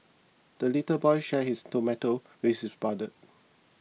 the little boy shared his tomato with his brother